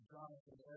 Jonathan